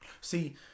See